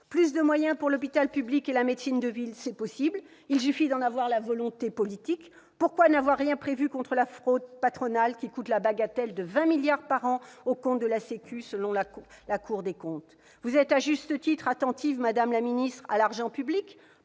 Plus de moyens pour l'hôpital public et la médecine de ville, c'est possible : il suffit d'en avoir la volonté politique. Pourquoi n'avoir rien prévu contre la fraude patronale, qui coûte la bagatelle de 20 milliards d'euros par an aux comptes de la sécurité sociale selon la Cour des comptes ? Vous êtes, à juste titre, attentive à l'argent public,